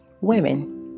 women